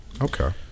Okay